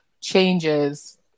changes